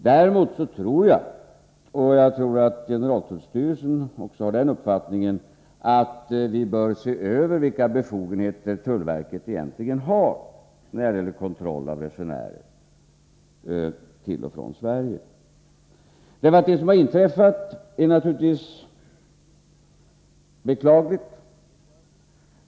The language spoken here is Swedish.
Däremot anser jag — och jag tror att generaltullstyrelsen delar den uppfattningen — att vi behöver se över vilka befogenheter tullverket egentligen har när det gäller att kontrollera resenärer till och från Sverige. Det som inträffat är naturligtvis beklagligt.